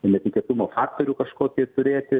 netikėtumo faktoriųktorių kažkokį turėti